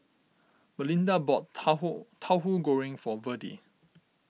Malinda bought Tauhu Tauhu Goreng for Virdie